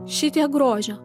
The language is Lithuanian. šitiek grožio